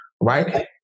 right